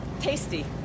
tasty